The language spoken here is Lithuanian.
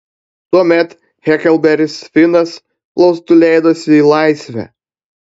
tuomet heklberis finas plaustu leidosi į laisvę